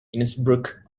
innsbruck